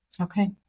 Okay